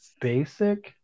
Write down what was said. basic